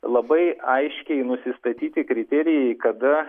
labai aiškiai nusistatyti kriterijai kada